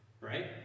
right